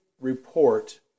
report